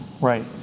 Right